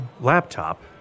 laptop